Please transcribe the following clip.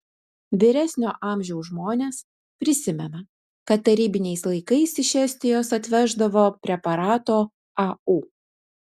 vyresnio amžiaus žmonės prisimena kad tarybiniais laikais iš estijos atveždavo preparato au